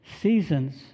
seasons